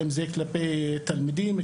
אם זה כלפי תלמידים,